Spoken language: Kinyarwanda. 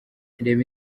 reba